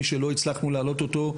מי שלא הצלחנו להעלות אותו,